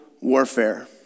warfare